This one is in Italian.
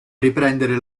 riprendere